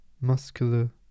muscular